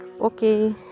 Okay